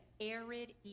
arid